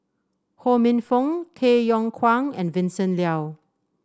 Ho Minfong Tay Yong Kwang and Vincent Leow